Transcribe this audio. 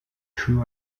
true